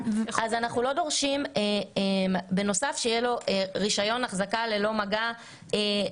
אנחנו לא דורשים שבנוסף יהיה לו רישיון אחזקה ללא מגע בנפרד.